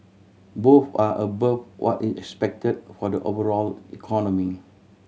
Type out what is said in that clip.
both are above what is expected for the overall economy